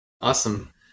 Awesome